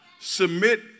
submit